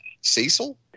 Cecil